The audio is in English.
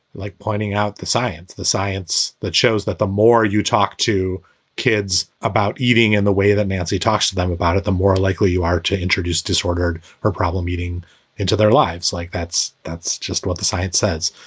like pointing out the science, the science that shows that the more you talk to kids about eating in the way that nancy talks to them about it, the more likely you are to introduce disordered her problem eating into their lives like that's that's just what the science says.